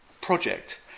project